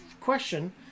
question